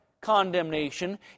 condemnation